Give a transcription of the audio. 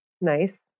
Nice